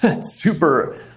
super